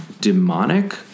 demonic